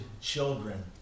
children